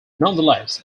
nonetheless